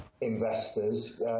investors